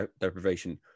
deprivation